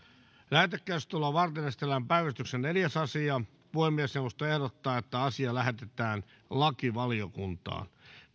lähetekeskustelua varten esitellään päiväjärjestyksen neljäs asia puhemiesneuvosto ehdottaa että asia lähetetään lakivaliokuntaan